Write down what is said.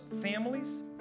families